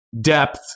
depth